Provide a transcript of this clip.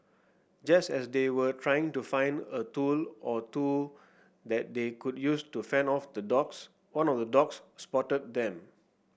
just as they were trying to find a tool or two that they could use to fend off the dogs one of the dogs spotted them